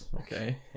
Okay